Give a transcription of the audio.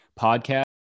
podcast